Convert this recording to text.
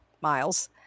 Miles